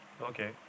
Okay